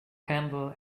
handle